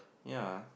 ya